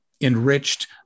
enriched